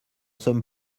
sommes